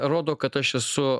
rodo kad aš esu